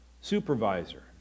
supervisor